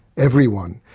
everyone,